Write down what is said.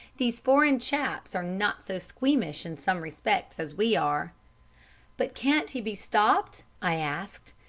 these foreign chaps are not so squeamish in some respects as we are but can't he be stopped i asked.